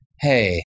hey